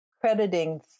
crediting